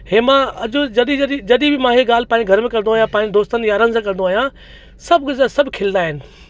इहे मां अॼु जॾहिं जॾहिं जॾहिं बि मां इहा ॻाल्हि पंहिंजे घर में कंदो आहियां पंहिंजे दोस्तनि यारनि सां कंदो आहियां सभ जा सभु खिलंदा आहिनि